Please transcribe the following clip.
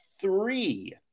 three